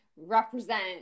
represent